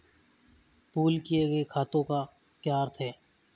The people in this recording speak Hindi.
पूल किए गए खातों का क्या अर्थ है?